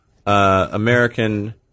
American